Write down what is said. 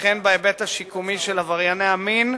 וכן בהיבט השיקומי של עברייני המין,